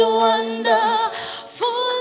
wonderful